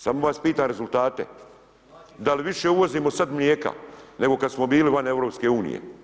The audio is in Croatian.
Samo vas pitam rezultate, da li više uvozimo sada mlijeka, nego kada smo vili van EU?